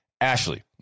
Ashley